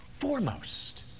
foremost